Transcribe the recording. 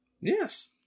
yes